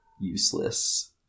useless